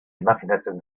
imajinatzen